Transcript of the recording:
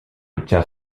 obtient